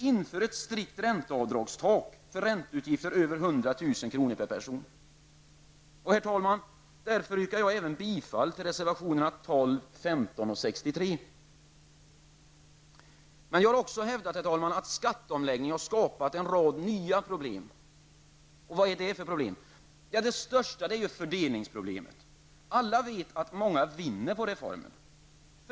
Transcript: Inför ett strikt ränteavdragstak för ränteutgifter över 100 000 kr. per person. Herr talman! Med detta yrkar jag bifall även till reservationerna 6, 12, 15 och 63. Jag har vidare hävdat att skatteomläggningen har skapat en rad nya problem, och vilka är då dessa? Ja, det största är fördelningsproblemet. Alla vet att många vinner på ''reformen''.